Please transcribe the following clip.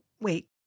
wait